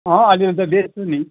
अँ अलिअलि त बेच्छु नि